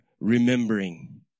remembering